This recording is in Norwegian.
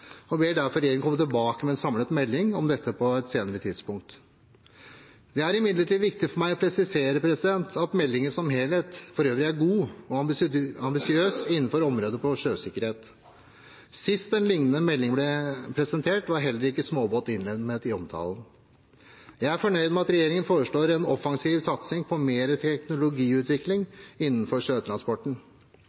og ber derfor regjeringen komme tilbake med en samlet melding om dette på et senere tidspunkt. Det er imidlertid viktig for meg å presisere at meldingen som helhet for øvrig er god og ambisiøs innenfor området sjøsikkerhet. Sist en lignende melding ble presentert, var heller ikke småbåt innlemmet i omtalen. Jeg er fornøyd med at regjeringen foreslår en offensiv satsing på mere teknologiutvikling innenfor sjøtransporten.